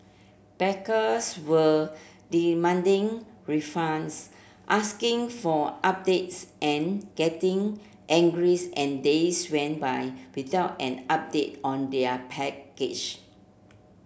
backers were demanding refunds asking for updates and getting angry and days went by without an update on their package